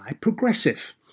Progressive